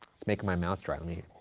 it's makin' my mouth dry.